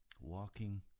walking